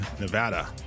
Nevada